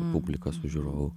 publikos žiūrovų